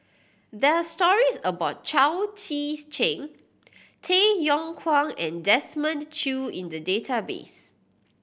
there are stories about Chao Tzee Cheng Tay Yong Kwang and Desmond Choo in the database